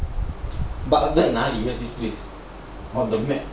but 在哪里 where is this place on the map